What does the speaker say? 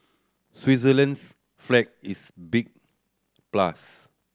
Switzerland's flag is big plus